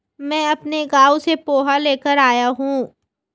मैं अपने गांव से पोहा लेकर आया हूं